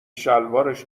شلوارش